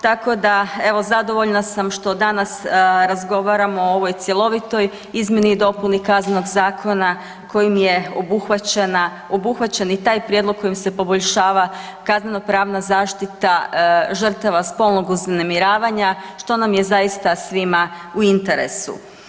Tako da evo zadovoljna sam što danas razgovaramo o ovoj cjelovitoj izmjeni KZ-a kojim je obuhvaćen i taj prijedlog kojim se poboljšava kaznenopravna zaštita žrtava spolnog uznemiravanja što nam je zaista svima u interesu.